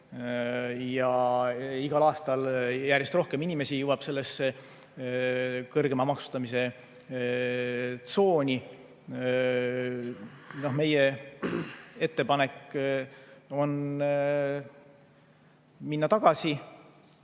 aastal jõuab järjest rohkem inimesi sellesse kõrgema maksustamise tsooni. Meie ettepanek on minna tagasi